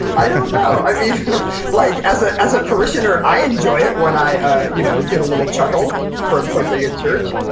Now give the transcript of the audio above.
i don't know. you know like as ah as a parishioner i enjoy it when i you know get a little chuckle from something at church.